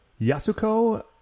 Yasuko